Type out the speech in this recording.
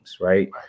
Right